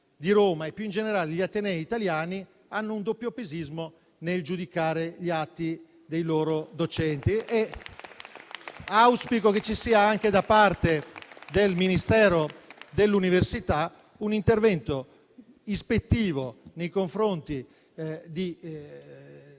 di Roma e più in generale gli atenei italiani hanno un doppiopesismo nel giudicare gli atti dei loro docenti. Auspico che ci sia anche da parte del Ministero dell'università un intervento ispettivo per capire cosa